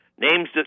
Names